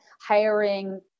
hiring